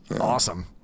awesome